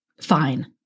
Fine